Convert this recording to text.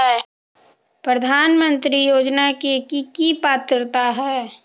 प्रधानमंत्री योजना के की की पात्रता है?